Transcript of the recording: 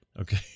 Okay